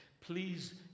please